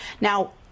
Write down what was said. Now